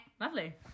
Lovely